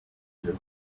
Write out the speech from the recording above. you